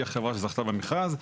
היא החברה שזכתה במכרז.